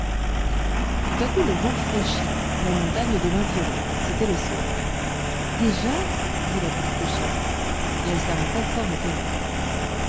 tout à coup le vent fraîchit la montagne devint violette c'était le soir déjà dit la petite chèvre et elle s'arrêta fort étonnée